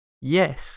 Yes